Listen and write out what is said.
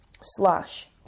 Slash